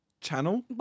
channel